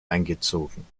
eingezogen